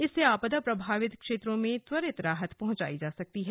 इससे आपदा प्रभावित क्षेत्रों में त्वरित राहत पहुंचायी जा सकती है